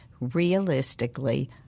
realistically